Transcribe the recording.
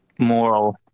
Moral